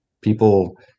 people